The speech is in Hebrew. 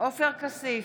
עופר כסיף,